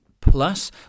Plus